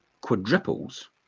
quadruples